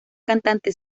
cantante